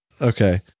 Okay